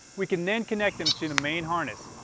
we can then connect them to the main harness.